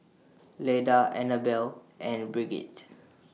Leda Annabelle and Brigitte